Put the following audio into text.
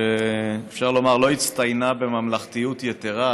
שאפשר לומר שלא הצטיינה בממלכתיות יתרה,